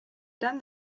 done